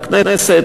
בכנסת,